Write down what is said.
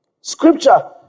Scripture